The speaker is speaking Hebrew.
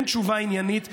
אין תשובה עניינית בנושא,